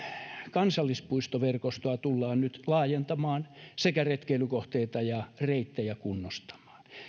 kansallispuistoverkostoa tullaan nyt laajentamaan sekä retkeilykohteita ja reittejä kunnostamaan